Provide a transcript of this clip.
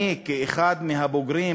אני, כאחד מהבוגרים